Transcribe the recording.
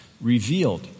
revealed